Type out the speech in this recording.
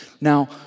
Now